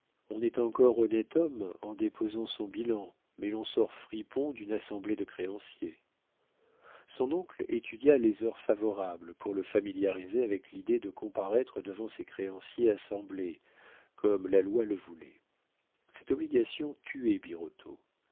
on est encore honnête homme en déposant son bilan mais l'on sort fripon d'une assemblée de créanciers son oncle étudia les heures favorables pour le familiariser avec l'idée de comparaître devant ses créanciers assemblés comme la loi le voulait cette obligation tuait